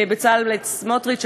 בצלאל סמוטריץ,